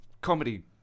comedy